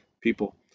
people